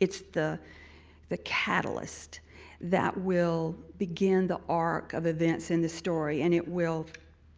it's the the catalyst that will begin the arc of events in this story and it will